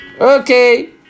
Okay